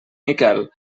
miquel